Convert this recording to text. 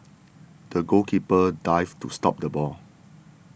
the goalkeeper dived to stop the ball